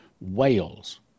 Wales